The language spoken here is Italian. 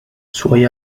suoi